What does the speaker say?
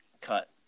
cut